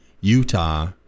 Utah